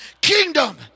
kingdom